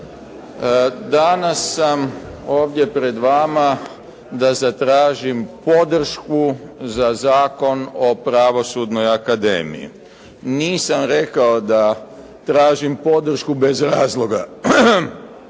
Danas sam ovdje pred vama da zatražim podršku za Zakon o pravosudnoj akademiji. Nisam rekao da tražim podršku bez razloga.